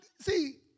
see